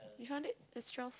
we found it that's twelve